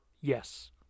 yes